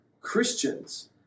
Christians